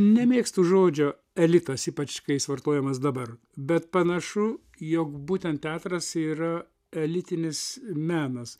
nemėgstu žodžio elitas ypač kai jis vartojamas dabar bet panašu jog būtent teatras yra elitinis menas